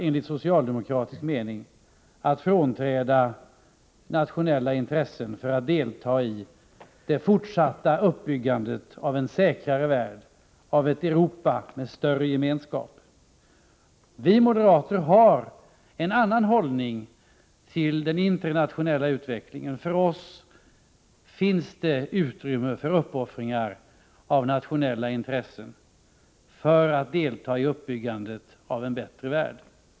Enligt socialdemokratisk mening är man inte beredd att frånträda nationella intressen för att delta i det fortsatta uppbyggandet av en säkrare värld, av ett Europa med större gemenskap. Vi moderater har en annan hållning till den internationella utvecklingen. Enligt vår mening finns det utrymme för uppoffringar av nationella intressen för att delta i uppbyggandet av en bättre värld.